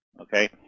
okay